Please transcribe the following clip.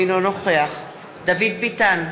אינו נוכח דוד ביטן,